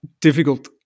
Difficult